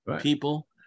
people